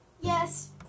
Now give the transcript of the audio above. Yes